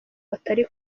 batari